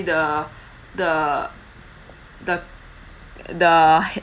the the the the